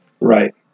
Right